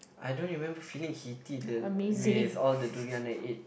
I don't even feeling heaty the with all the durian I ate